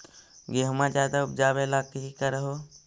गेहुमा ज्यादा उपजाबे ला की कर हो?